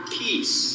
peace